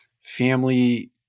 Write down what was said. family